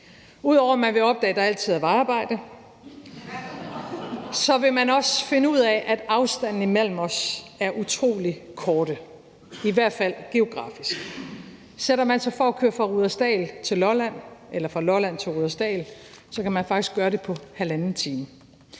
Ud over at man vil opdage, at der altid er vejarbejde, så vil man også finde ud af, at afstandene imellem os er utrolig korte, i hvert fald geografisk. Sætter man sig for at køre fra Rudersdal til Lolland eller fra Lolland til Rudersdal, kan man faktisk gøre det på halvanden time.